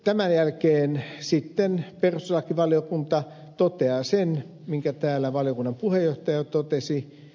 tämän jälkeen sitten perustuslakivaliokunta toteaa sen minkä täällä valiokunnan puheenjohtaja jo totesi